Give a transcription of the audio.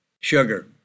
Sugar